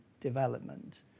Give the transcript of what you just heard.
development